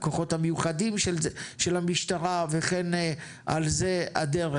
הכוחות המיוחדים של המשטרה וכן על זה הדרך.